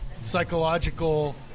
psychological